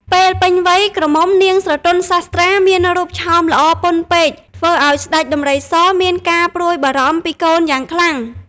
ពេលពេញវ័យក្រមុំនាងស្រទន់សាស្ត្រាមានរូបឆោមល្អពន់ពេកធ្វើឱ្យស្តេចដំរីស មានការព្រួយបារម្ភពីកូនយ៉ាងខ្លាំង ។